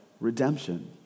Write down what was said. redemption